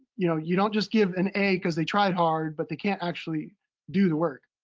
you know, you don't just give an a because they tried hard, but they can't actually do the work.